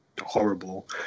Horrible